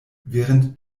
während